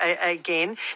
again